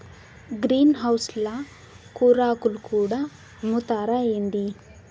green house ల కూరాకులు కూడా అమ్ముతారా ఏంది